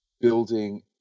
building